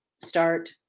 start